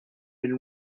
been